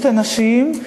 שתי נשים,